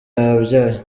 yabyaye